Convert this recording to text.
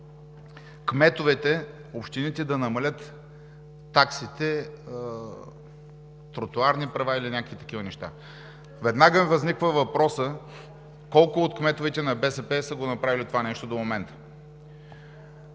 Кметовете, общините да намалят таксите –тротоарни права или някакви такива неща. Веднага възниква въпросът: колко от кметовете на БСП са направили това нещо до момента?